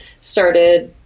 started